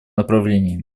направлении